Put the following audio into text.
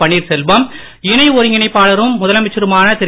பன்னீர்செல்வம் இண துணை ஒருங்கிணைப்பாளரும் முதலமைச்சருமான திரு